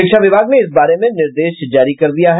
शिक्षा विभाग ने इस बारे में निर्देश जारी कर दिया है